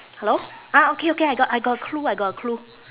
hello ah okay okay I got I got a clue I got a clue